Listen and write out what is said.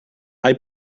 hay